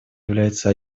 является